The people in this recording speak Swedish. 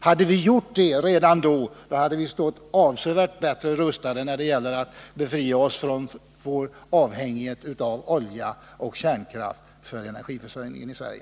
Hade vi gjort det redan då, hade vi stått avsevärt bättre rustade när det gäller att bli fria från vår avhängighet av olja och kärnkraft för energiförsörjningen i Sverige.